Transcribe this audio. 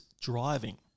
driving